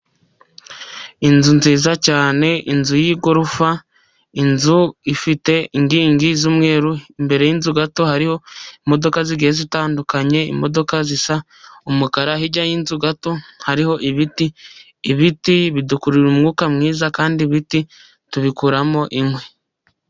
Inzu nziza cyane, inzu y'igorofa, inzu ifite inkingi z'umweru. Imbere y'inzu gato hariho imodoka zigiye zitandukanye, imodoka zisa umukara. Hirya y'inzu gato hariho ibiti, ibiti bidukururira umwuka mwiza kandi ibiti tubikuramo inkwi.